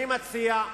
על כן, אני מציע,